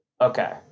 okay